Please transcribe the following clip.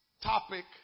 topic